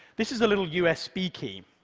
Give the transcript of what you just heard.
this is a little usb key.